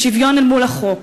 ושוויון למול החוק,